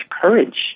courage